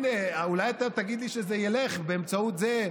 הינה, אולי אתה תגיד לי שזה ילך באמצעות זה,